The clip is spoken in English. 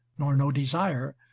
nor no desire,